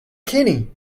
kenny